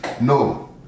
No